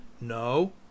No